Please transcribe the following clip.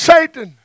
Satan